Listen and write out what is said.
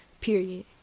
period